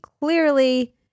clearly